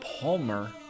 palmer